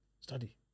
study